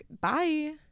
bye